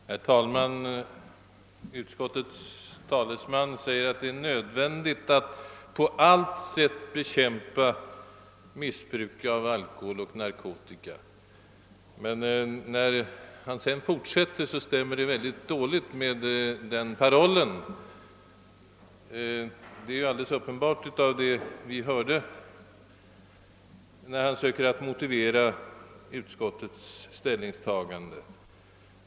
Herr talman! Utskottets talesman anser det nödvändigt att på alla sätt bekämpa missbruk av alkohol och narkotika, men det han säger i fortsättningen stämmer mycket dåligt med den parollen. Detta framgår tydligt när han försöker motivera utskottets ställningstagande.